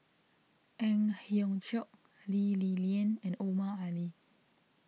Ang Hiong Chiok Lee Li Lian and Omar Ali